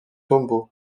tombeaux